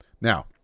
now